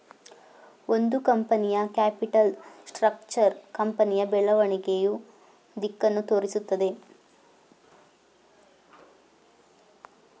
ಒಂದು ಕಂಪನಿಯ capital structure ಕಂಪನಿಯ ಬೆಳವಣಿಗೆಯ ದಿಕ್ಕನ್ನು ತೋರಿಸುತ್ತದೆ